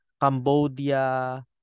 Cambodia